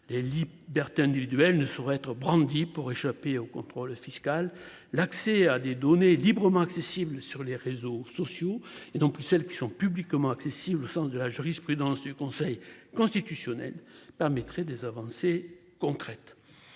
Les libertés individuelles ne saurait être brandie pour échapper au contrôle fiscal. L'accès à des données librement accessibles sur les réseaux sociaux et donc celles qui ont publiquement accessibles au sens de la jurisprudence du Conseil constitutionnel permettrait des avancées concrètes.